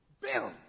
Build